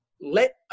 let